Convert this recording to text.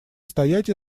стоять